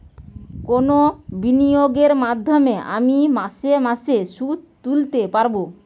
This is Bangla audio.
কোন বিনিয়োগের মাধ্যমে আমি মাসে মাসে সুদ তুলতে পারবো?